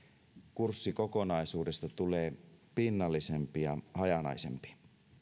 kurssikokonaisuudesta tulee pinnallisempi ja hajanaisempi